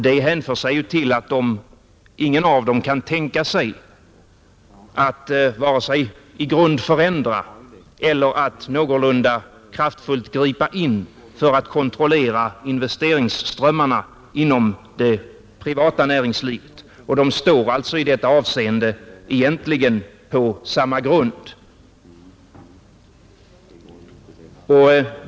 Det hänför sig till att inget av dem kan tänka sig att vare sig i grund förändra eller att någorlunda kraftfullt gripa in för att kontrollera investeringsströmmarna inom det privata näringslivet. De står alltså i detta avseende egentligen på samma grund.